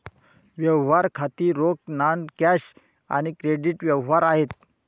व्यवहार खाती रोख, नॉन कॅश आणि क्रेडिट व्यवहार आहेत